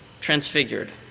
transfigured